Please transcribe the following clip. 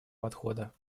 подхода